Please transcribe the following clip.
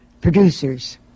producers